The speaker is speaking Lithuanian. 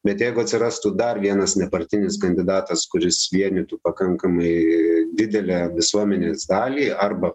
bet jeigu atsirastų dar vienas nepartinis kandidatas kuris vienytų pakankamai didelę visuomenės dalį arba